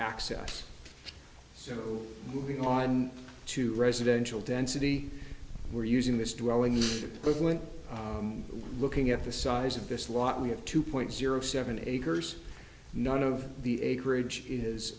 access so moving on to residential density we're using this dwelling in brooklyn looking at the size of this lot we have two point zero seven acres none of the acreage is